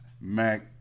Mac